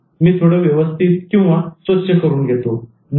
मी थोडं व्यवस्थितस्वच्छ करून घेतो नको